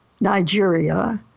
Nigeria